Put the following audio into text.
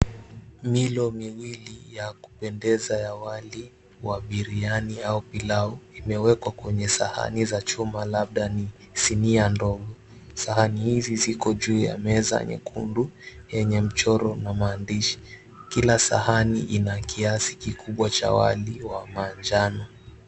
Milio miwili ya kupendeza ya wali wa biriani au pilau imewekwa kwa sahani za chuma labda ni sinia dogo, sahani hizi juu ya meza nyekundu yenye michoro na maandishi kila sahani ina kiasi kikubwa cha wali wa manjano.